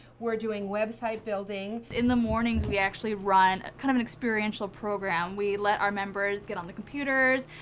we're doing web site-building. in the mornings, we actually run kind of an experiential program. we let our members get on the computers,